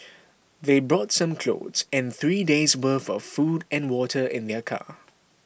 they brought some clothes and three day's worth of food and water in their car